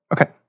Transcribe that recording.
Okay